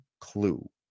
clue